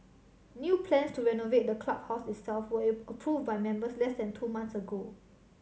new plans to renovate the clubhouse itself were approved by members less than two months ago